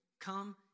come